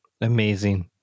Amazing